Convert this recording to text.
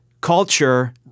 Culture